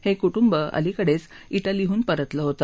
हे कुटुंब अलिकडेच इटलीहून परतलं होत